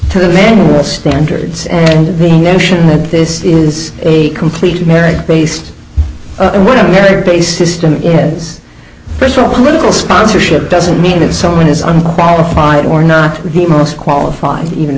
are standards and the notion that this is a complete merit based merit based system is first of all political sponsorship doesn't mean that someone is unqualified or not the most qualified even